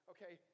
Okay